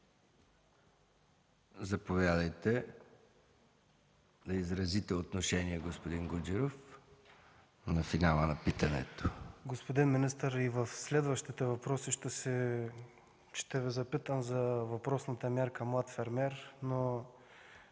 Заповядайте да изразите отношение, господин Гуджеров. ПАВЕЛ ГУДЖЕРОВ (ГЕРБ): Господин министър, и в следващите въпроси ще Ви запитам за въпросната мярка „Млад фермер”,